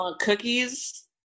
Cookies